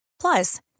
Plus